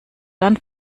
dann